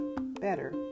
better